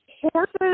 horses